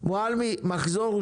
מועלמי, מחזור הוא